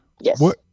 Yes